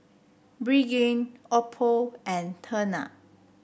Pregain Oppo and Tena